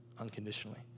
unconditionally